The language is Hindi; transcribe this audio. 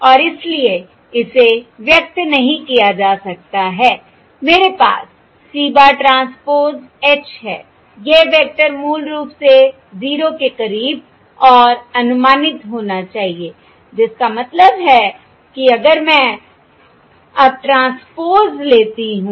और इसलिए इसे व्यक्त नहीं किया जा सकता है मेरे पास c bar ट्रांसपोज H है यह वेक्टर मूल रूप से 0 के करीब और अनुमानित होना चाहिए जिसका मतलब है कि अगर मैं अब ट्रांसपोज़ लेती हूं